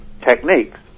techniques